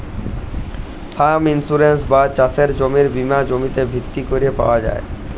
farm insurance বা চাসের জমির বীমা জমিতে ভিত্তি ক্যরে পাওয়া যায়